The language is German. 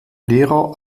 lehrer